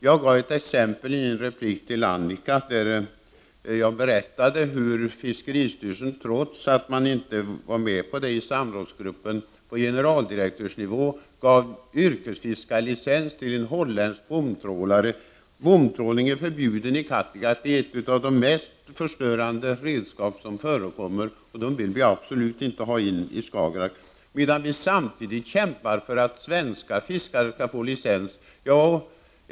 Jag gav ett exempel i min replik till Annika Åhnberg, där jag berättade hur fiskeristyrelsen, trots att man inte var med på det i samrådsgruppen, på generaldirektörsnivå gav yrkesfiskelicens till en holländsk bomtrålare. Bomtrålar hör till de mest förstörande redskapen, och vi vill absolut inte ha dem i Skagerrak. Samtidigt kämpar vi för att svenska fiskare skall få licens.